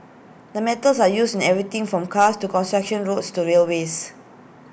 the metals are used in everything from cars to construction roads to railways